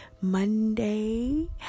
Monday